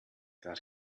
that